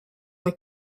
like